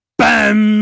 bam, (